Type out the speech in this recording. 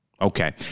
Okay